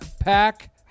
Pack